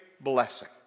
blessing